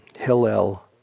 Hillel